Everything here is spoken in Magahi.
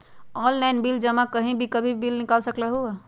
ऑनलाइन बिल जमा कहीं भी कभी भी बिल निकाल सकलहु ह?